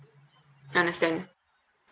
understand